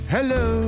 Hello